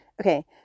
Okay